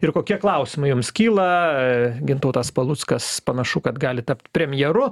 ir kokie klausimai jums kyla gintautas paluckas panašu kad gali tapt premjeru